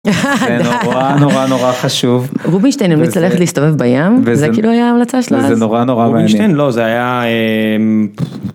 זה נורא נורא נורא חשוב רובינשטיין המליץ ללכת להסתובב בים וזה כאילו היתה המלצה שלו אז רובינשטיין לא זה היה.